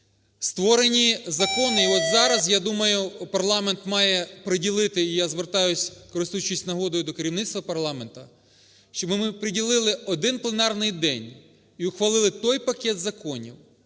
Створені закони. І от зараз, я думаю, парламент має приділити, і я звертаюсь, користуючись нагодою, до керівництва парламенту, щоб ми приділили один пленарний день і ухвалили той пакет законів,